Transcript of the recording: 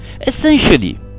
essentially